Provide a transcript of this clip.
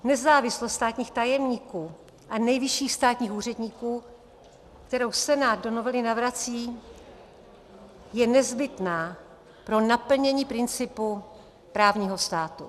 Nezávislost státních tajemníků a nejvyšších státních úředníků, kterou Senát do novely navrací, je nezbytná pro naplnění principu právního státu.